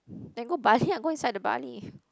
then go Bali ah go inside the Bali